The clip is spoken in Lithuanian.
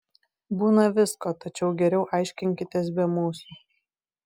būna visko tačiau geriau aiškinkitės be mūsų